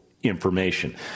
information